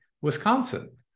Wisconsin